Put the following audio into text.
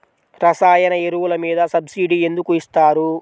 రసాయన ఎరువులు మీద సబ్సిడీ ఎందుకు ఇస్తారు?